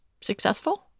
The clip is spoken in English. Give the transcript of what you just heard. successful